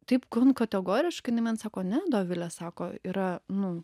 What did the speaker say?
taip kon kategoriškai jinai man sako ne dovile sako yra nu